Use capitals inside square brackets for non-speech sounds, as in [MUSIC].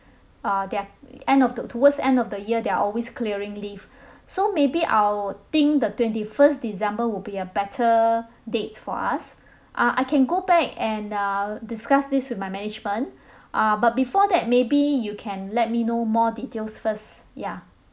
uh their end of the towards end of the year they're always clearing leave [BREATH] so maybe I would think the twenty first december will be a better [BREATH] date for us [BREATH] uh I can go back and I'll discuss this with my management [BREATH] uh but before that maybe you can let me know more details first ya